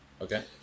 Okay